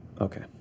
Okay